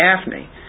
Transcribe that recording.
Daphne